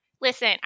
listen